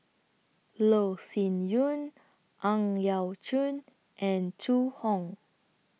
Loh Sin Yun Ang Yau Choon and Zhu Hong